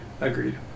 Agreed